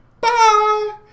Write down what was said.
bye